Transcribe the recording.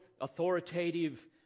authoritative